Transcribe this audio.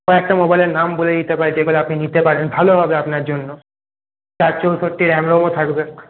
কয়েকটা মোবাইলের নাম বলে দিতে পারি যেগুলো আপনি নিতে পারবেন ভাল হবে আপনার জন্য চার চৌষট্টি র্যাম রমও থাকবে